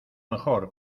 mejor